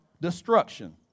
destruction